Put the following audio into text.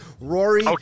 Rory